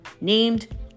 named